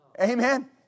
Amen